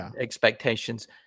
expectations